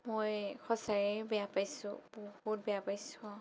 মই সঁচাই বেয়া পাইছোঁ বহুত বেয়া পাইছোঁ